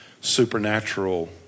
supernatural